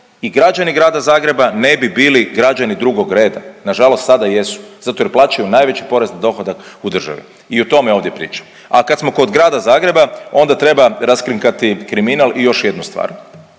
i građani grada Zagreba ne bi bili građani drugog reda. Na žalost sada jesu, zato jer plaćaju najveći porez na dohodak u državi. I o tome ovdje pričam. A kad smo kod grada Zagreba onda treba raskrinkati kriminal i još jednu stvar.